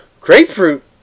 Grapefruit